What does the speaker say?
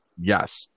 yes